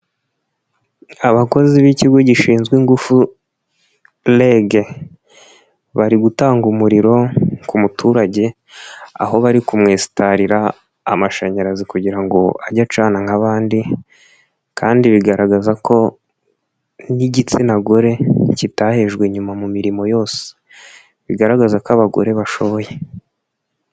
Abakozi b'ikigo gishinzwe ingufu REG, bari gutanga umuriro ku muturage aho bari kumwesitarira amashanyarazi kugira ngo ajye acana nk'abandi kandi bigaragaza ko n'igitsina gore, kitahejwe inyuma mu mirimo yose bigaragaza ko abagore bashoboye.